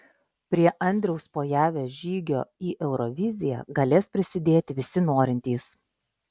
prie andriaus pojavio žygio į euroviziją galės prisidėti visi norintys